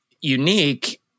unique